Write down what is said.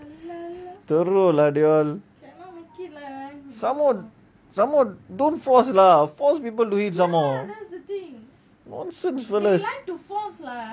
thurlow lah they all some more some more don't force lah force people do eat some more nonsense fellas